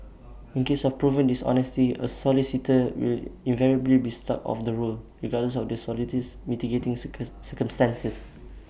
in cases of proven dishonesty A solicitor will invariably be struck off the roll regardless of the solicitor's mitigating circumstances